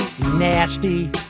nasty